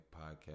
podcast